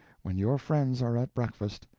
when your friends are at breakfast,